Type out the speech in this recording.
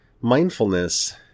Mindfulness